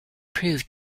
proved